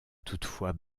toutefois